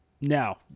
Now